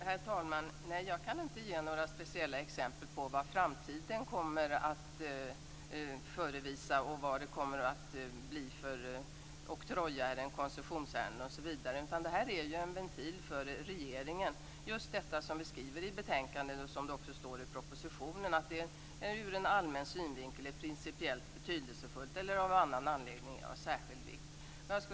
Herr talman! Nej, jag kan inte ge några speciella exempel på vad framtiden kommer att förevisa, vad det kommer att bli för oktroj och koncessionsärenden osv. En ventil för regeringen är just det som vi skriver i betänkandet och som står i propositionen, nämligen att det ur allmän synvinkel är principiellt betydelsefullt eller av annan anledning av särskild vikt.